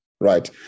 right